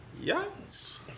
Yes